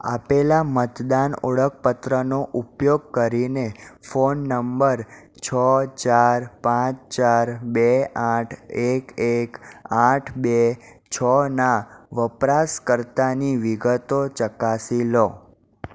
આપેલાં મતદાન ઓળખપત્રનો ઉપયોગ કરીને ફોન નંબર છોં ચાર પાંચ ચાર બે આઠ એક એક આઠ બે છોંના વપરાસકર્તાની વિગતો ચકાસી લો